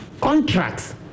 Contracts